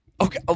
Okay